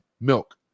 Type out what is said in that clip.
milk